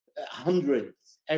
hundreds